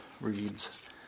reads